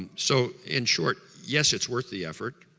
and so in short, yes it's worth the effort,